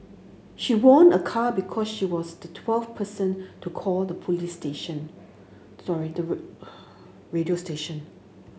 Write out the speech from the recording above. she won a car because she was the twelfth person to call the police station sorry the word radio station